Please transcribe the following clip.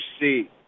see